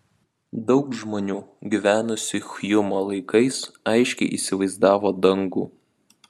daug žmonių gyvenusių hjumo laikais aiškiai įsivaizdavo dangų